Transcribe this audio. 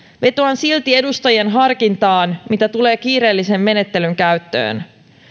vetoan silti edustajien harkintaan mitä tulee kiireellisen menettelyn käyttöön